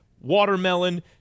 watermelon